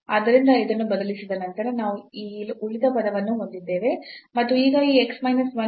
ಆದ್ದರಿಂದ ಇದನ್ನು ಬದಲಿಸಿದ ನಂತರ ನಾವು ಈ ಉಳಿದ ಪದವನ್ನು ಹೊಂದಿದ್ದೇವೆ ಮತ್ತು ಈಗ ಈ x minus 1 ಇದು 0